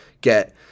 get